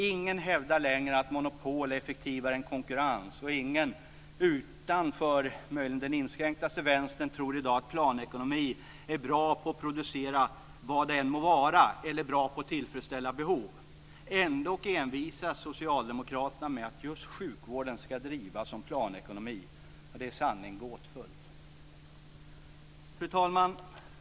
Ingen hävdar längre att monopol är effektivare än konkurrens, och ingen - utanför den inskränktaste Vänstern - tror i dag att planekonomi är bra på att producera vad det än må vara eller bra på att tillfredsställa behov. Ändock envisas socialdemokraterna med att just sjukvården ska drivas som en planekonomi. Det är i sanning gåtfullt. Fru talman!